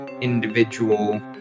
individual